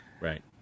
Right